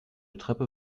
treppe